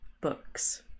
books